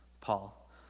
Paul